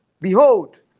Behold